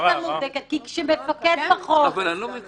אבל אני לא מבין,